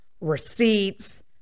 Receipts